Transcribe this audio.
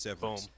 boom